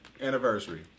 anniversary